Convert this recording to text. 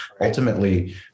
ultimately